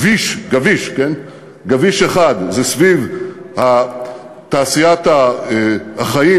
גביש אחד זה סביב תעשיית החיים,